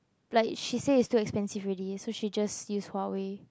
like she say it's too expensive already so she just use Huawei